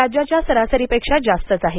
राज्याच्या सरासरीपेक्षा जास्तच आहे